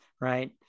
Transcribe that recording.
right